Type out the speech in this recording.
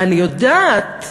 ואני יודעת,